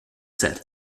set